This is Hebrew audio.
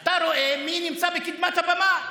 אתה רואה מי נמצא בקדמת הבמה,